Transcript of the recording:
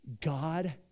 God